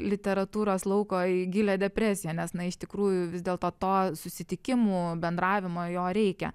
literatūros lauko į gilią depresiją nes na iš tikrųjų vis dėlto to susitikimų bendravimo jo reikia